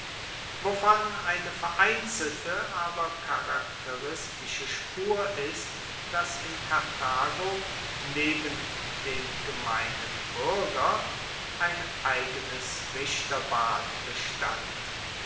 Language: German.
wovon eine vereinzelte aber charakteristische spur ist dass in karthago neben dem gemeinen buerger ein eigenes richterbad bestand